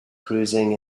cruising